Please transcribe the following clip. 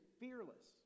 fearless